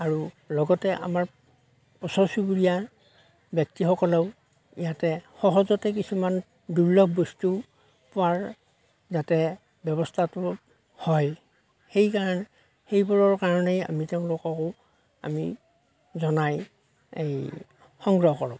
আৰু লগতে আমাৰ ওচৰ চুবুৰীয়া ব্যক্তিসকলেও ইয়াতে সহজতে কিছুমান দূৰ্লভ বস্তু পোৱাৰ যাতে ব্যৱস্থাটো হয় সেইকাৰণে সেইবোৰৰ কাৰণেই আমি তেওঁলোককো আমি জনাই এই সংগ্ৰহ কৰোঁ